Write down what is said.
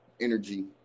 energy